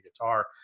guitar